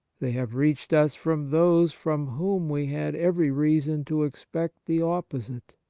they have reached us from those from whom we had every reason to expect the opposite.